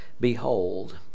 Behold